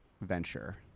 venture